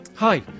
Hi